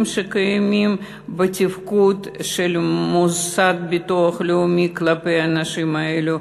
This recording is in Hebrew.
שקיימים בתפקוד של המוסד לביטוח לאומי כלפי האנשים האלו,